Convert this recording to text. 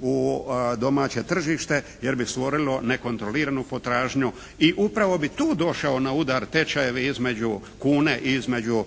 u domaće tržište jer bi stvorilo nekontroliranu potražnju i upravo bi tu došao na udar tečajevi između kune i između